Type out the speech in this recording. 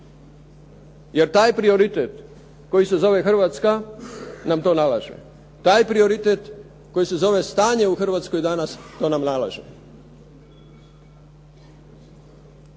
Jer taj prioritet koji se zove Hrvatska nam to nalaže. Taj prioritet koji se zove stanje u Hrvatskoj danas, to nam nalaže.